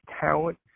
talent